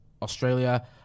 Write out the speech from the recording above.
Australia